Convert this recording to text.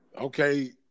Okay